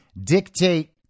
dictate